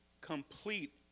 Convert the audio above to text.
complete